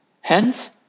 Hence